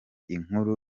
inkuru